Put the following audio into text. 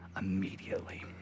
immediately